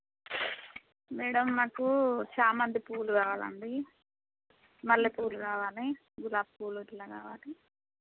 madam మాకు చామంతి పూలు కావాలండి మల్లెపూలు కావాలి గులాబీ పూలు ఇట్లా కావాలి